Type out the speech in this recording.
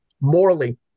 morally